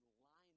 line